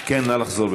כן, נא לחזור.